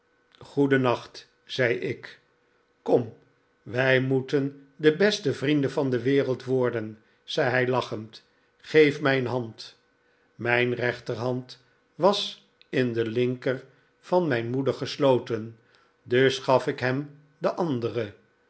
goedennacht zei ik kom wij moeten de beste vrienden van de wereld worden zei hij lachend geef mij een hand mijn rechterhand was in de linker van mijn moeder gesloten dus gaf ik hem de andere